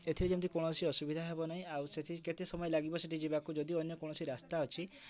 ଏଥିରେ ଯେମିତି କୌଣସି ଅସୁବିଧା ହେବ ନାହିଁ ଆଉ ସେଠି କେତେ ସମୟ ଲାଗିବ ସେଠି ଯିବାକୁ ଯଦି ଅନ୍ୟ କୌଣସି ରାସ୍ତା ଅଛି